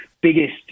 biggest